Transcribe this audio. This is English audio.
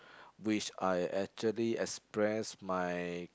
which I actually express my